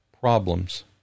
problems